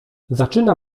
zaczyna